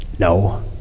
No